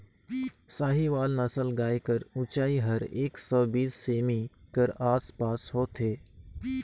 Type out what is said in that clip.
साहीवाल नसल गाय कर ऊंचाई हर एक सौ बीस सेमी कर आस पास होथे